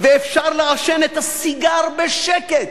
ואפשר לעשן את הסיגר בשקט